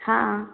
हँ